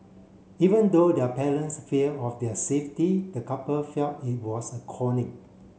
even though their parents fear of their safety the couple felt it was a calling